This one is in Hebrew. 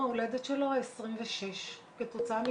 ולעוד כמה משכבת הגיל שלו יש כנראה מבנה גנטי מסוים